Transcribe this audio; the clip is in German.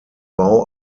bau